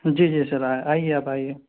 جی جی سر آئیے آپ آئیے